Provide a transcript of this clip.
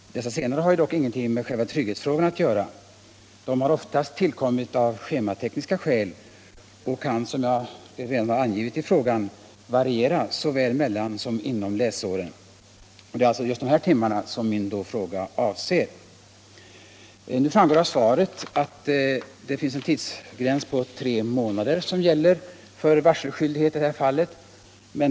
De senare har ingenting med själva trygghetsfrågorna att göra, de har oftast tillkommit av schematekniska skäl och kan, som jag angivit i frågan, variera såväl mellan som inom läsåren. Det är också just de här timmarna som min fråga avser. Det framgår av svaret att det finns en tidsgräns på tre månader som gäller för varselskyldighet i detta fall.